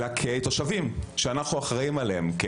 אלא כתושבים שאנחנו אחראים עליהם.